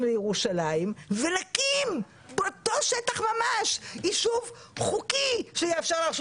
לירושלים ונקים באותו שטח ממש ישוב חוקי שיאפשר לרשות